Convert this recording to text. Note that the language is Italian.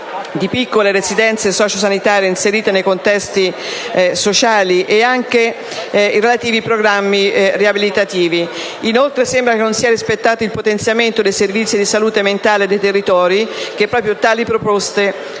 di piccole residenze sociosanitarie inserite nei contesti sociali e anche i relativi programmi riabilitativi. Inoltre, sembra che non sia rispettato il potenziamento dei servizi di salute mentale dei territori e che le proposte